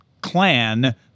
clan